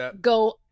go